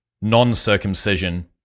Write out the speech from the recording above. non-circumcision